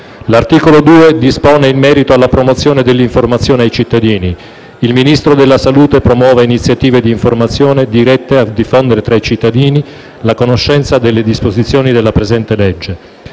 L'articolo 2 dispone in merito alla promozione dell'informazione ai cittadini. Il Ministro della salute promuove iniziative di informazione dirette a diffondere tra i cittadini la conoscenza delle disposizioni della presente legge.